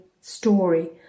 story